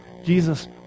Jesus